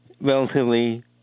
relatively